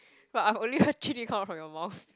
but I've only heard Jun-Yi come out from your mouth